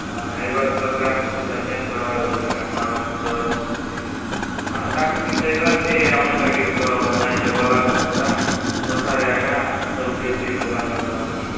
ହଏ ଏଇ ବର୍ଷ ସରକାର୍କୁ ପୁରା ଚେଞ୍ଜ କରବାର୍ ଅଛି ଏକ ନୂଆ ଲୁକ୍କୁ ଦେବାର୍ ଅଛି ଆମେ ତାହାକୁ ଜିତେଇବା ଯିଏ ଆମର୍ ପାଇଁ କିଛି କରବ ନାଇଁ ତ ଗଲା ଥର ପରା କଥାରେ ଏକା ସବୁ ଜିତ୍ ଦେଇ ପଳେଇଲା ପରା